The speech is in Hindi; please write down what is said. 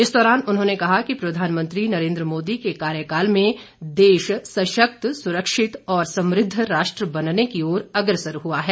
इस दौरान उन्होंने कहा कि प्रधानमंत्री नरेंद्र मोदी के कार्यकाल में देश सशक्त सुरक्षित और समृद्ध राष्ट्र बनने की ओर अग्रसर हुआ है